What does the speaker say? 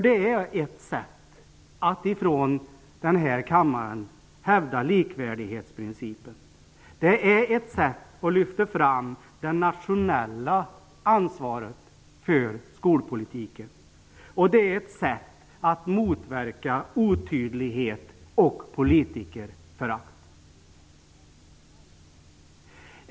Det är ett sätt att från den här kammaren hävda likvärdighetsprincipen. Det är ett sätt att lyfta fram det nationella ansvaret för skolpolitiken. Det är ett sätt att motverka otydlighet och politikerförakt.